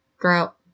drought